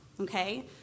okay